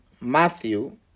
Matthew